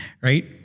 right